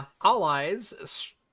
Allies